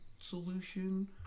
solution